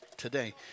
today